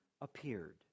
appeared